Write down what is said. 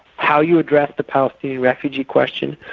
how you address the palestinian refugee question,